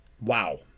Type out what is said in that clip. wow